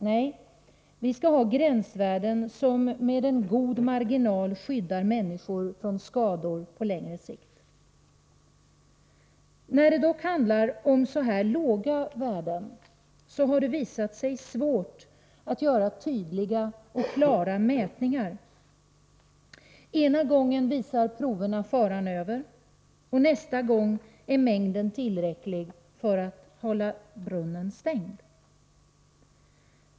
Nej, vi skall ha gränsvärden som med en god marginal skyddar människor från skador på längre sikt. När det handlar om så här låga värden har det dock visat sig svårt att göra tydliga och klara mätningar. Ena gången visar proverna faran över, nästa gång är mängden tillräcklig för att hålla brunnen stängd.